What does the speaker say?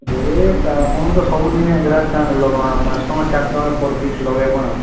ଏଟା ଆପଣ ତ ସବୁଦିନିଆଁ ଗ୍ରାହକ ଏଗୁଡ଼ା କାଣ ଲଗାମା ପାଞ୍ଚ ଟଙ୍କା ଚାର୍ଟଙ୍କା ପର୍ ପିସ୍ ଲଗେଇମା ଆଉ